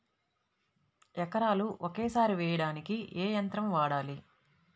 ఎకరాలు ఒకేసారి వేయడానికి ఏ యంత్రం వాడాలి?